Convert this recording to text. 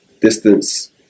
distance